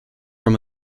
from